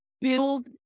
build